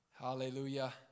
Hallelujah